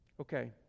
Okay